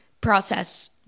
process